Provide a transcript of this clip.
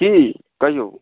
की कहियौ